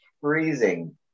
freezing